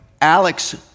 Alex